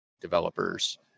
developers